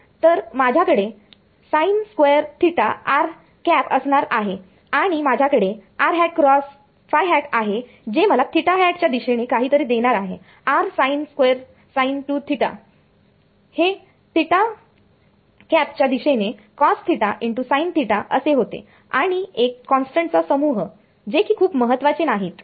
तर माझ्याकडे असणार आहे आणि माझ्याकडे एक आहे जे मला च्या दिशेने काहीतरी देणार आहे r sin2θ हे च्या दिशेने cos θ × sin θ असे होते आणि एक कॉन्स्टंट्स चा समूह जे की खूप महत्वाचे नाहीत